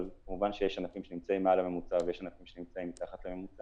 אבל כמובן יש ענפים שנמצאים מעל הממוצע ויש ענפים שנמצאים מתחת לממוצע.